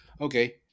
okay